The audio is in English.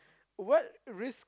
what risks